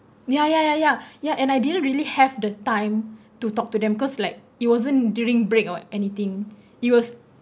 ya ya ya ya ya and I you don't really have the time to talk to them cause like it wasn't during break or anything it was